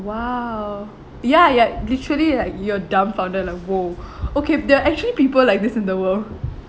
!wow! ya yea literally like you're dumbfounded like !whoa! okay there are actually people like this in the world